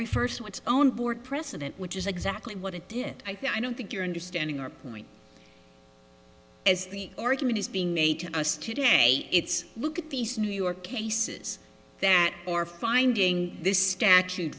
refers to its own board precedent which is exactly what it did i don't think you're understanding our point as the argument is being made to us today it's look at these new york cases that are finding this statute